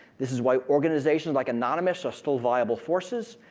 this is why organization like anonymous are still viable forces,